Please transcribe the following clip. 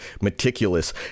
meticulous